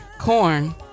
Corn